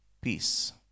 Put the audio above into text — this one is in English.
peace